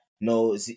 no